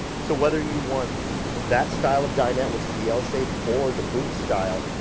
so whether you want that style of dinette, which is the l-shape, or the booth style,